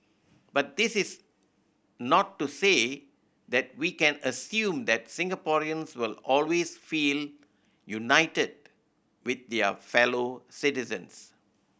but this is not to say that we can assume that Singaporeans will always feel united with their fellow citizens